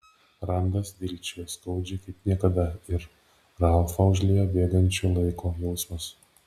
randas dilgčiojo skaudžiai kaip niekada ir ralfą užliejo bėgančio laiko jausmas